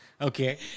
Okay